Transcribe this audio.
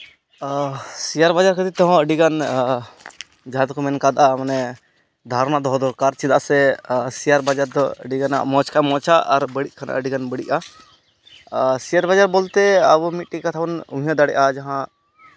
share ᱵᱟᱡᱟᱨ ᱠᱷᱟᱹᱛᱤᱨ ᱛᱮᱦᱚᱸ ᱟᱹᱰᱤᱜᱟᱱ ᱡᱟᱦᱟᱸ ᱫᱚᱠᱚ ᱢᱮᱱ ᱠᱟᱫᱟ ᱢᱟᱱᱮ ᱫᱷᱟᱨᱚᱱᱟ ᱫᱚᱦᱚ ᱫᱚᱨᱠᱟᱨ ᱪᱮᱫᱟᱜ ᱥᱮ ᱥᱮᱭᱟᱨ ᱵᱟᱡᱟᱨ ᱫᱚ ᱟᱹᱰᱤᱜᱟᱱ ᱢᱚᱡᱽ ᱠᱷᱚᱱ ᱢᱚᱡᱽᱼᱟ ᱟᱨ ᱵᱟᱹᱲᱤᱡ ᱠᱷᱟᱱ ᱟᱹᱰᱤᱜᱟᱱ ᱵᱟᱹᱲᱤᱡᱼᱟ ᱥᱮᱭᱟᱨ ᱵᱟᱡᱟᱨ ᱵᱚᱞᱛᱮ ᱟᱵᱚ ᱢᱤᱫᱴᱤᱡ ᱠᱟᱛᱷᱟ ᱵᱚᱱ ᱩᱭᱦᱟᱹᱨ ᱫᱟᱲᱮᱭᱟᱜᱼᱟ ᱡᱟᱦᱟᱸ